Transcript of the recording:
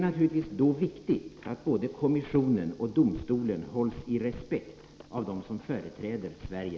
Naturligtvis är det då viktigt att både kommissionen och domstolen hålls i respekt av dem som företräder Sverige.